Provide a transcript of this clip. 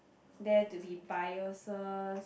there to be biases